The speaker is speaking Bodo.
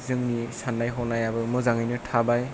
जोंनि साननाय हनायाबो मोजाङैनो थाबाय